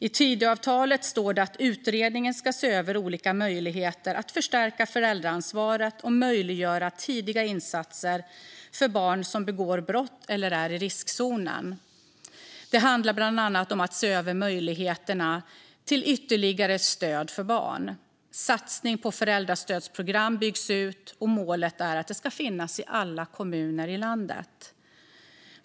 I Tidöavtalet står det att utredningen ska se över olika möjligheter att förstärka föräldraansvaret och möjliggöra tidiga insatser för barn som begår brott eller är i riskzonen. Det handlar bland annat om att se över möjligheterna till ytterligare stöd för barn. Satsningen på föräldrastödsprogram byggs ut, och målet är att det ska finnas i alla kommuner i landet.